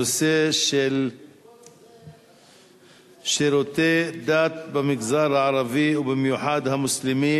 הנושא של שירותי דת במגזר הערבי ובמיוחד המוסלמי